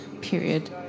period